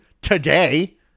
today